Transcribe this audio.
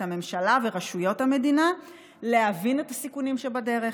את הממשלה ואת רשויות המדינה להבין את הסיכונים שבדרך,